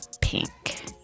pink